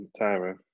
tyra